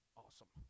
awesome